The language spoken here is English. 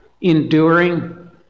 enduring